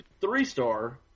three-star